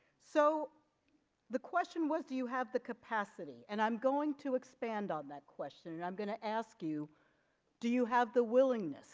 so the question was do you have the capacity and i'm going to expand on that question and i'm going to ask you do you have the willingness